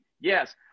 Yes